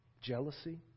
jealousy